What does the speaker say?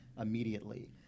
immediately